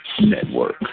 Network